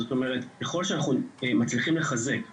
זאת אומרת, ככל שאנחנו מצליחים לחזק א'